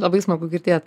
labai smagu girdėt